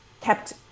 kept